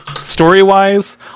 Story-wise